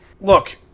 Look